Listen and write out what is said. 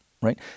right